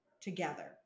together